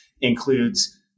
includes